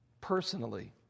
personally